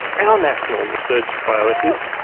our national research priorities,